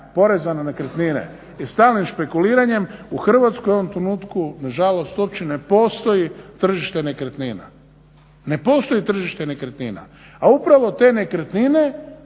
poreza na nekretnine i stalnim špekuliranjem u Hrvatskoj u ovom trenutku nažalost uopće ne postoji tržište nekretnina, a upravo te nekretnine pa možda se nekoliko